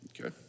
okay